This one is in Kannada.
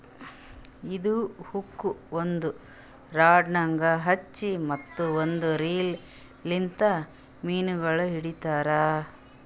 ಇದು ಹುಕ್ ಒಂದ್ ರಾಡಗ್ ಹಚ್ಚಿ ಮತ್ತ ಒಂದ್ ರೀಲ್ ಲಿಂತ್ ಮೀನಗೊಳ್ ಹಿಡಿತಾರ್